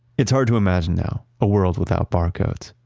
it's hard to imagine now, a world without barcodes,